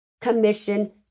commission